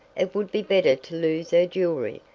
it would be better to lose her jewelry,